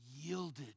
yielded